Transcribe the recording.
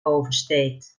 oversteekt